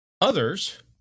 Others